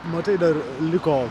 matai dar liko